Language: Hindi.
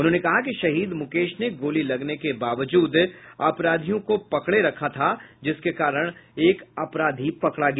उन्होंने कहा कि शहीद मुकेश ने गोली लगने के बावजूद अपराधियों को पकड़ रखा था जिसके कारण एक अपराधी पकड़ा गया